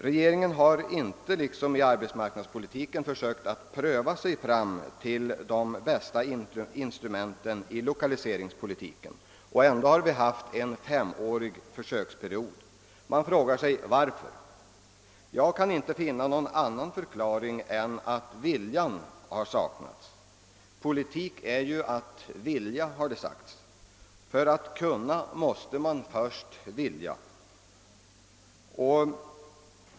Regeringen har inte liksom i fråga om arbetsmarknadspolitiken försökt att pröva sig fram till de bästa instrumenten i lokaliseringspolitiken — ändå har vi haft en femårig försöksperiod. Man frågar sig varför regeringen inte har gjort det. Jag kan inte finna någon annan förklaring än att viljan har saknats. Politik är ju att vilja, har det sagts; för att kunna måste man först vilja.